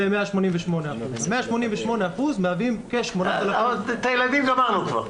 188%. 188% מהווים כ --- את הילדים גמרנו כבר.